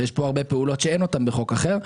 ויש הרבה פעולות שאין אותן בחוק אחר.